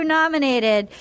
nominated –